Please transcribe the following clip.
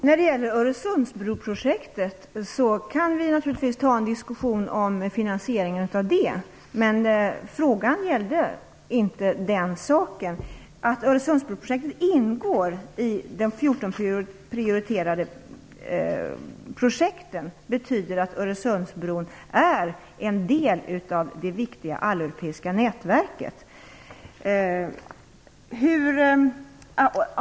Fru talman! När det gäller Öresundsbroprojektet kan vi naturligtvis ta en diskussion om finansieringen. Men frågan gällde inte den saken. Att Öresundsbroprojektet ingår i de 14 prioriterade projekten betyder att Öresundsbron är en del av det viktiga alleuropeiska nätverket.